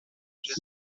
sujet